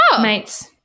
mates